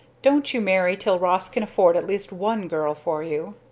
don't you marry till ross can afford at least one girl for you!